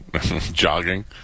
jogging